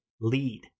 lead